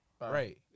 right